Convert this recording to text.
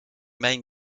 main